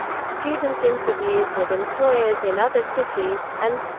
student interviews with employers in other cities, and